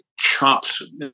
chops